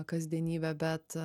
kasdienybė bet